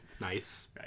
Nice